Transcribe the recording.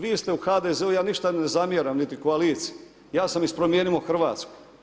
Vi ste u HDZ-u, ja ništa ne zamjeram niti koaliciji, ja sam iz Promijenimo Hrvatsku.